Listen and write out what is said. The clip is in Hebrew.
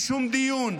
בשום דיון,